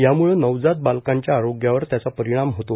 यामूळं नवजात बालकांच्या आरोग्यावर त्याचा परिणाम होतो